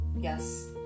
Yes